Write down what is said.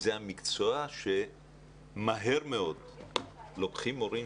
וזה המקצוע שמהר מאוד לוקחים מורים,